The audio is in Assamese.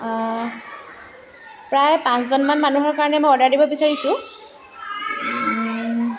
প্ৰায় পাঁচজনমান মানুহৰ কাৰণে মই অৰ্ডাৰ দিব বিচাৰিছোঁ